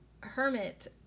hermit